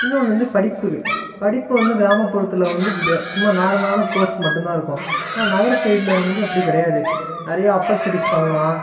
இன்னொன்று வந்து படிப்புக்கு படிப்பு வந்து கிராமப்புறத்தில் வந்து சும்மா நார்மலான கோர்ஸ் மட்டும்தான் இருக்கும் ஆனால் நகரம் சைடில் வந்து அப்படி கிடையாது நிறையா அப்பர் ஸ்டெடிஸ் பண்ணலாம்